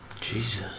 Jesus